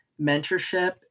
mentorship